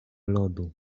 lodu